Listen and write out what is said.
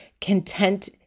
content